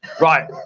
Right